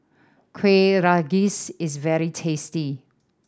Kueh Rengas is very tasty